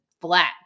flat